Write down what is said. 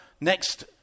next